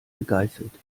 gegeißelt